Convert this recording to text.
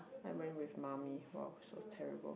I went with mommy !wow! so terrible